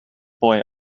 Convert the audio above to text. boy